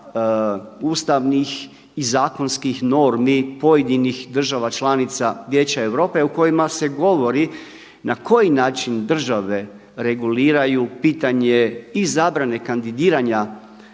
ustavnih i zakonskih normi pojedinih država članica Vijeća Europe u kojima se govori na koji način države reguliraju pitanje i zabrane kandidiranja